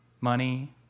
money